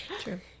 True